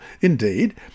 Indeed